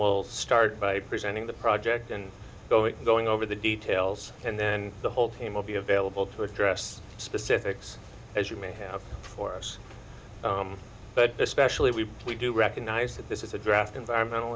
will start by presenting the project and go it going over the details and then the whole team will be available to address specifics as you may have for us but especially when we do recognize that this is a draft environmental